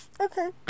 Okay